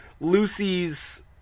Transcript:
Lucy's